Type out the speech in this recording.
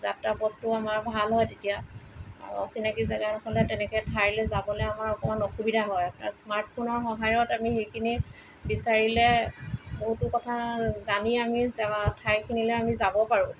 যাত্ৰা পথটো আমাৰ ভাল হয় তেতিয়া আৰু অচিনাকি জাগা এডখৰলৈ তেনেকৈ ঠাইলৈ যাবলৈ আমাৰ অকণমান অসুবিধা হয় স্মাৰ্টফোনৰ সহায়ত আমি সেইখিনি বিচাৰিলে বহুতো কথা জানি আমি জা ঠাইখিনিলৈ আমি যাব পাৰোঁ